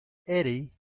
eddy